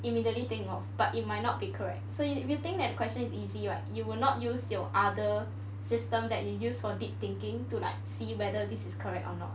immediately think of but it might not be correct so you if you think that the question is easy right you will not use your other system that you use for deep thinking to see whether this is correct or not